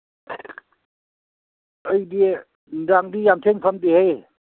ꯑꯩꯗꯤ ꯅꯨꯡꯗꯥꯡꯗꯤ ꯌꯥꯝ ꯊꯦꯡ ꯐꯝꯗꯦꯍꯩ